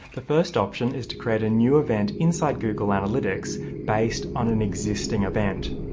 the first option is to create a new event inside google analytics based on an existing event.